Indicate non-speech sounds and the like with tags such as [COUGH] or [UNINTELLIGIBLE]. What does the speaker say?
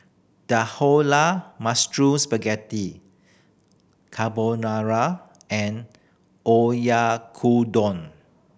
Dhokla [UNINTELLIGIBLE] Spaghetti Carbonara and Oyakodon